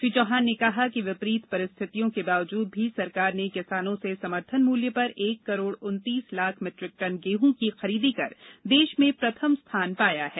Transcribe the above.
श्री चौहान ने कहा कि विपरीत परिस्थितियों के बावजूद भी सरकार ने किसानों से समर्थन मूल्य पर एक करोड़ उनतीस लाख मेट्रिक टन गेहूं की खरीदी कर देश में प्रथम स्थान पाया है